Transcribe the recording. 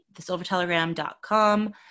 thesilvertelegram.com